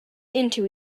into